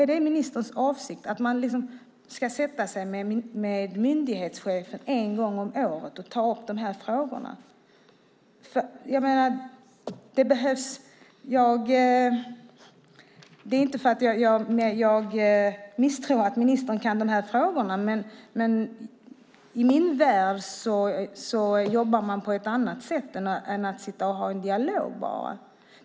Är det ministerns åsikt att man ska sätta sig med myndighetschefen en gång om året och ta upp de här frågorna? Det är inte för att jag misstror att ministern kan dessa frågor. Men i min värld jobbar man på ett annat sätt än att bara sitta och ha en dialog.